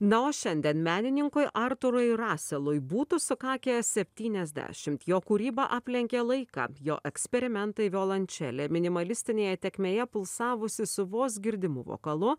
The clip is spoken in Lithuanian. na o šiandien menininkui artūrui raselui būtų sukakę septyniasdešimt jo kūryba aplenkė laiką jo eksperimentai violončelė minimalistinėje tėkmėje pulsavusi su vos girdimu vokalu